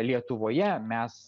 lietuvoje mes